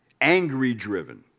angry-driven